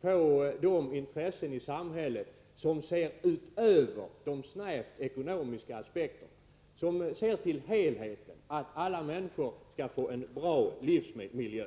på de intressen i samhället som ser vidare än de snävt ekonomiska aspekterna, som ser till helheten — att alla människor skall få en bra livsmiljö.